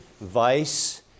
vice